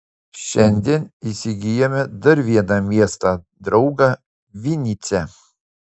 šiandien įsigijome dar vieną miestą draugą vinycią